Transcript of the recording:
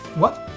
what?